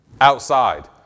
outside